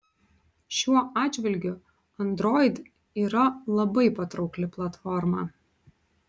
šiuo atžvilgiu android yra labai patraukli platforma